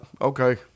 Okay